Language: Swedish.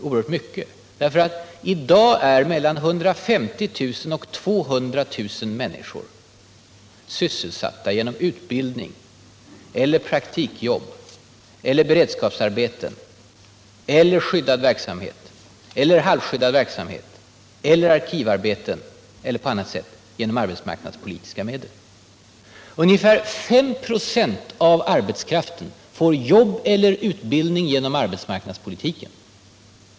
I dag är nämligen inte mindre än mellan 150 000 och 200 000 människor sysselsatta med utbildning eller praktikjobb eller beredskapsarbeten eller skyddad verksamhet eller halvskyddad verksamhet eller arkivarbeten eller sysselsättning på annat sätt genom arbetsmarknadspolitiska medel. Ungefär 5 96 av arbetskraften får arbete eller utbildning genom arbetsmarknadspolitiken.